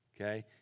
okay